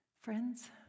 friends